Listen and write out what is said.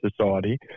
society